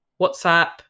WhatsApp